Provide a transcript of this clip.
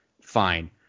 fine